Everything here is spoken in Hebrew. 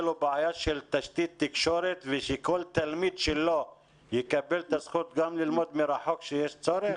בעיה של תשתית תקשורת ושכל תלמיד יקבל זכות ללמוד גם מרחוק כאשר יש צורך?